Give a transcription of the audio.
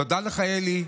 תודה לך, אלי.